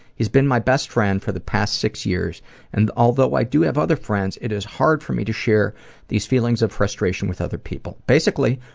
he's been my best friend for the past six years and although i do have other friends, it is hard for me to share these feelings of frustration with other people. basically,